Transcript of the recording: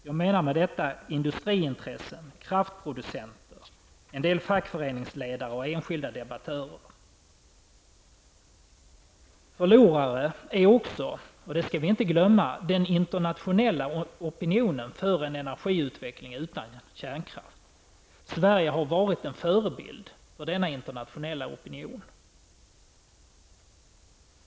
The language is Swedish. Jag menar industriintressen, kraftproducenter, fackföreningsledare och enskilda debattörer. Förlorare är också, det skall vi inte glömma, den internationella opinionen för en energiutveckling utan kärnkraft. Sverige har varit en förebild för denna i den internationella opinionen.